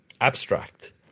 abstract